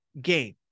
game